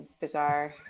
bizarre